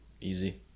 Easy